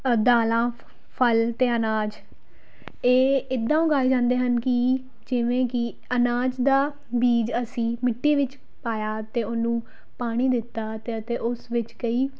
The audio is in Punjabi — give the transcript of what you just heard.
ਦਾਲਾਂ ਫਲ ਅਤੇ ਅਨਾਜ ਇਹ ਇੱਦਾਂ ਉਗਾਏ ਜਾਂਦੇ ਹਨ ਕਿ ਜਿਵੇਂ ਕਿ ਅਨਾਜ ਦਾ ਬੀਜ਼ ਅਸੀਂ ਮਿੱਟੀ ਵਿੱਚ ਪਾਇਆ ਅਤੇ ਉਹਨੂੰ ਪਾਣੀ ਦਿੱਤਾ ਤੇ ਅਤੇ ਉਸ ਵਿੱਚ ਕਈ